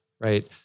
Right